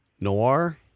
noir